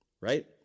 right